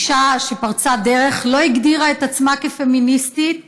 אישה שפרצה דרך, לא הגדירה את עצמה כפמיניסטית,